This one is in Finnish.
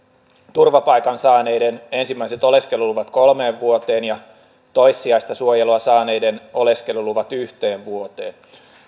turvapaikan saaneiden ensimmäiset oleskeluluvat kolmeen vuoteen ja toissijaista suojelua saaneiden oleskeluluvat yhteen vuoteen